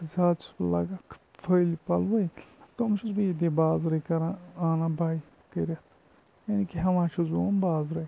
تہٕ زیادٕ چھُس بہٕ لاگان کھٔلۍ پَلوٕے تِم چھُس بہٕ ییٚتی بازرٕے کَران آنان باے کٔرِتھ یعنی کہِ ہٮ۪وان چھُس بہٕ تِم بازرَے